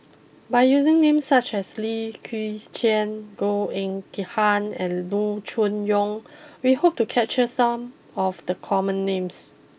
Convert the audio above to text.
by using names such as Lim Chwee Chian Goh Eng Han and Loo Choon Yong we hope to capture some of the common names